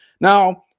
Now